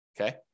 okay